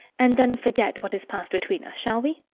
and then forget what has passed between us, shall we?